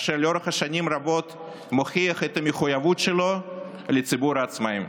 אשר לאורך שנים רבות מוכיח את המחויבות שלו לציבור העצמאים.